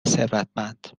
ثروتمند